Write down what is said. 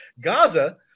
Gaza